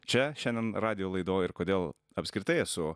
čia šiandien radijo laidoj ir kodėl apskritai esu